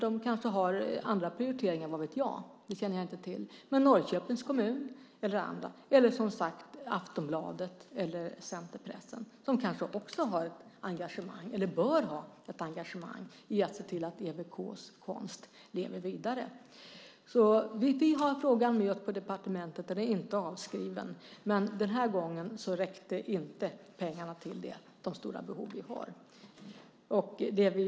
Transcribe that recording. De kanske har andra prioriteringar, vad vet jag. Norrköpings kommun eller andra kan vara ett alternativ, Aftonbladet eller centerpressen. De kanske också har ett engagemang, eller bör ha ett engagemang, i att se till att EWK:s konst lever vidare. Vi har frågan med oss på departementet. Den är inte avskriven. Men den här gången räckte inte pengarna till de stora behov vi har.